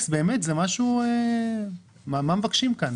מה מבקשים כאן?